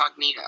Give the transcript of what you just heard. Cognito